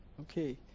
Okay